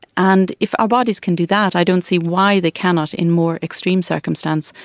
and if our bodies can do that i don't see why they cannot, in more extreme circumstance,